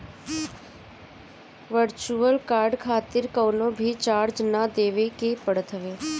virtual card खातिर कवनो भी चार्ज ना देवे के पड़त हवे